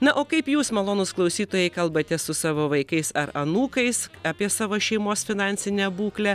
na o kaip jūs malonūs klausytojai kalbatės su savo vaikais ar anūkais apie savo šeimos finansinę būklę